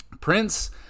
prince